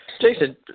Jason